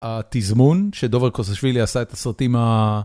התזמון שדובר קוזשווילי עשה את הסרטים ה...